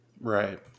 Right